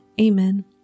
Amen